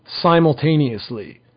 simultaneously